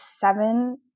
seven